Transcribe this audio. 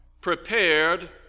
prepared